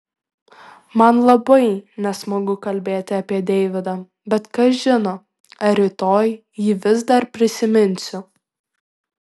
man labai nesmagu kalbėti apie deividą bet kas žino ar rytoj jį vis dar prisiminsiu